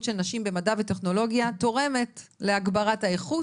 של נשים במדע וטכנולוגיה תורמת להגברת האיכות,